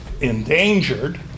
endangered